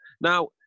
Now